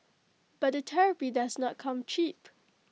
but the therapy does not come cheap